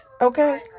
Okay